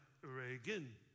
Reagan